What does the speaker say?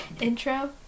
intro